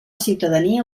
ciutadania